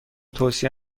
توصیه